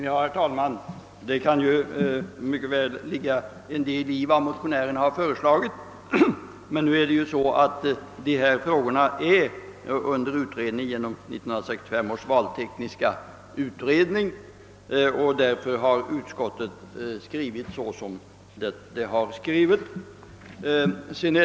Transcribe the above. Herr talman! Det kan mycket väl ligga en del i vad motionären har föreslagit, men eftersom dessa frågor nu behandlas i 1965 års valtekniska utredning har utskottet skrivit som det gjort.